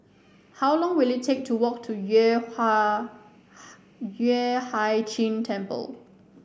how long will it take to walk to Yueh Ha Yueh Hai Ching Temple